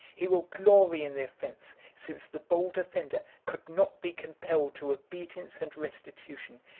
he will glory in the offence, since the bold offender could not be compelled to obedience and restitution,